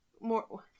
more